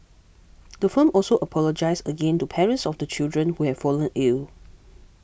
the firm also apologised again to parents of the children who have fallen ill